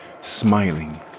smiling